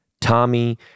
Tommy